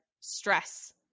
stress